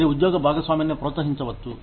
మీరు ఉద్యోగ భాగస్వామ్యాన్ని ప్రోత్సహించవచ్చు